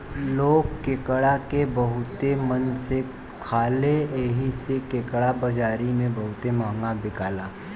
लोग केकड़ा के बहुते मन से खाले एही से केकड़ा बाजारी में बहुते महंगा बिकाला